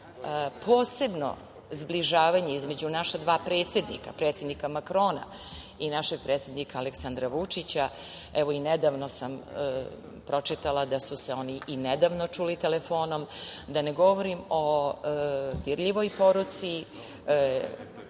posebno zbližavanje između dva naša predsednika, predsednika Makrona i našeg predsednik Aleksandra Vučića, nedavno sam pročitala da su se čuli telefonom, da ne govorim o dirljivoj poruci,